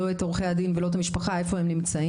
את עורכי הדין ולא את המשפחה איפה הם נמצאים,